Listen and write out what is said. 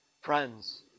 Friends